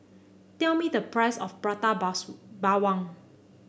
tell me the price of Prata Bawang